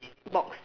box